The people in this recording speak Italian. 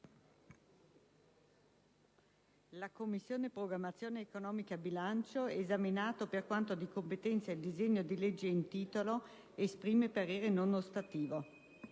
«La Commissione programmazione economica, bilancio, esaminato per quanto di competenza il disegno di legge in titolo, esprime parere non ostativo».